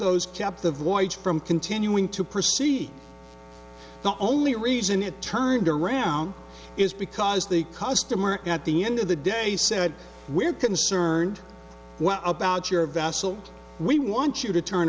those kept the voyage from continuing to proceed the only reason it turned around is because the customer at the end of the day said we're concerned about your vessel we want you to turn